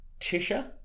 Tisha